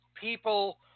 people